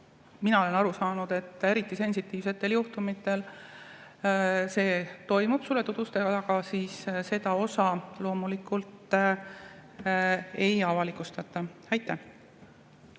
mina olen aru saanud, et eriti sensitiivsetel juhtumitel see toimub suletud uste taga –, siis seda osa loomulikult ei avalikustata. Aitäh!